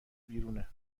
بیرونه